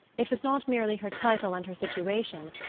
it was not merely her title and her situation,